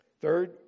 Third